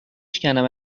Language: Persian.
شکنم